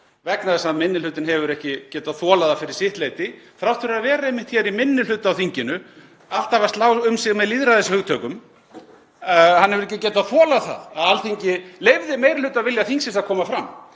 vegna þess að minni hlutinn hefur ekki getað þolað það fyrir sitt leyti, þrátt fyrir að vera einmitt hér í minni hluta á þinginu alltaf að slá um sig með lýðræðishugtökum, að Alþingi leyfði meirihlutavilja þingsins að koma fram.